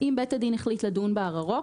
אם בית הדין החליט לדון בערערו,